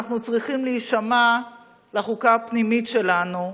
אנחנו צריכים להישמע לחוקה הפנימית שלנו,